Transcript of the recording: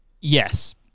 Yes